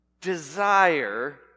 desire